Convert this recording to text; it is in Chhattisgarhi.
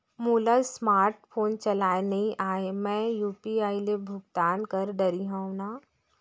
मोला स्मार्ट फोन चलाए नई आए मैं यू.पी.आई ले भुगतान कर डरिहंव न?